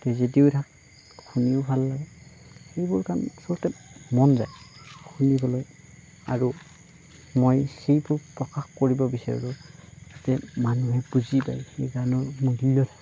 ট্ৰেজেদিও থাকে শুনিও ভাল লাগে সেইবোৰ গান আচলতে মন যায় শুনিবলৈ আৰু মই সেইবোৰ প্ৰকাশ কৰিব বিচাৰোঁ যাতে মানুহে বুজি পায় সেই গানৰ মূল্য